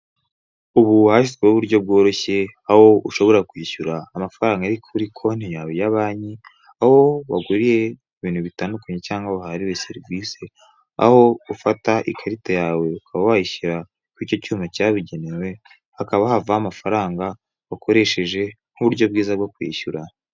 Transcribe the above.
Ubu hashyizweho uburyo bworoshye, aho ushobora kwishyura amafaranga ari kuri konti yawe ya banki, aho waguriye ibintu bitandukanye cyangwa aho waherewe serivisi, aho ufata ikarita yawe, ukaba wayishyira ku icyo cyuma cyabugenewe, hakaba havaho amafaranga wakoresheje, nk'uburyo bwiza bwo kwishyura.